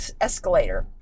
escalator